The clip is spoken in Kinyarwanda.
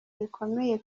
bikomeye